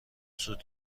سود